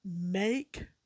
make